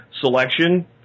selection